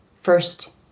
first